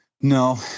no